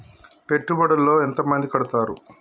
పెట్టుబడుల లో ఎంత మంది కడుతరు?